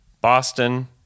Boston